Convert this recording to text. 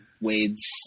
Wade's